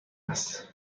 است